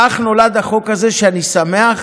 כך נולד החוק הזה, ואני שמח